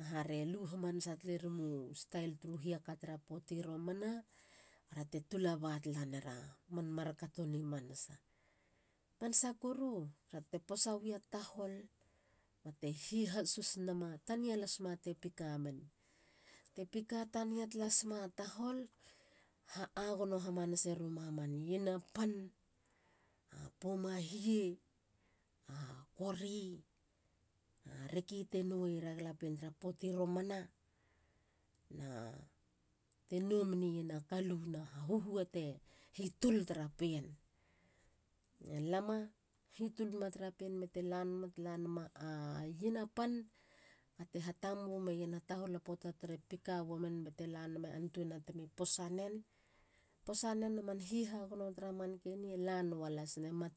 Aha? Relu hamanasa talerumu u style turu hiaka tara puati romana. barate tulaba tala nera man mar kato ni manasa. Manasa koru. tara te posawi a tahol. bate hihasus nama. tania las ma te pika men. Te pika tania talasi ma tahol. ha agono hamanase ruma man iena pan. a poum. a hie. a kori. a reki te noeiera galapien tara puati romana. Na te nou menien a kalu tehi tul tara pien. Elama. hitul ma tara pien bete lanama te lanama. a iena pan kate ha tambu meien a tahol tara puata te pika wemen. bete laname antuena temi posa wanen. posanen aman hihagono tara mankeni ela nua lasina.